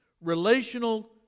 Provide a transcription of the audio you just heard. relational